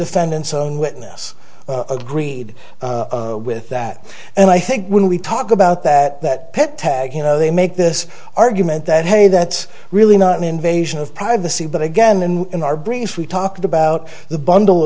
defendant's own witness agreed with that and i think when we talk about that that pet tag you know they make this argument that hey that's really not an invasion of privacy but again in our brief we talked about the bundle